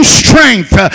strength